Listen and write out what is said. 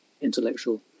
intellectual